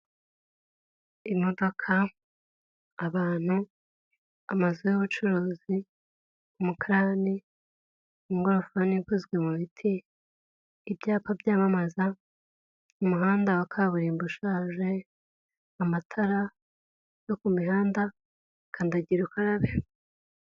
Imodoka, abantu, amazu y'ubucuruzi, umukararani, ingorofani ikozwe mu biti, ibyapa byamamaza, umuhanda wa kaburimbo ushaje, amatara yo ku mihanda, kandagira ukarabe.